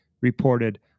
reported